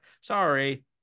sorry